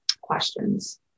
questions